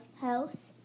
house